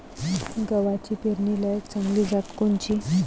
गव्हाची पेरनीलायक चांगली जात कोनची?